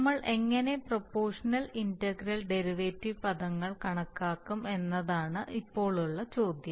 നമ്മൾ എങ്ങനെ proportional integral derivative പദങ്ങൾ കണക്കാക്കും എന്നതാണ് ഇപ്പോൾ ഉള്ള ചോദ്യം